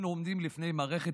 יש לך עשר דקות